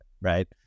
right